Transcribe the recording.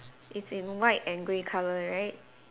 is in white and grey colour right